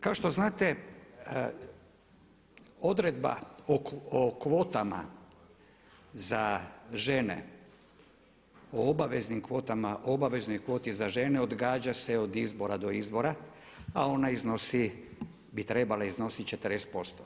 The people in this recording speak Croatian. Kao što znate odredba o kvotama za žene, o obaveznim kvotama, obaveznoj kvoti za žene odgađa se od izbora do izbora, a ona iznosi, bi trebala iznositi 40%